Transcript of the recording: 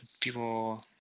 People